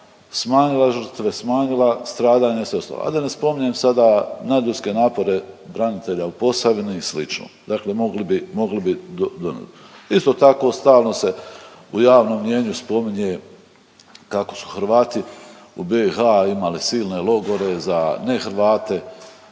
smanjila žrtve, smanjila stradanja i sve ostalo, a da ne spominjem sada nadljudske napore branitelja u Posavini i slično, dakle mogli bi, mogli bi do, do…/Govornik se ne razumije./…. Isto tako stalno se u javnom mijenju spominje kako su Hrvati u BiH imali silne logore za ne Hrvate,